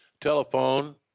telephone